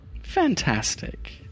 Fantastic